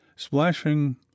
Splashing